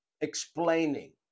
explaining